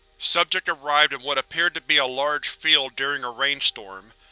subject arrived in what appeared to be a large field during a rainstorm.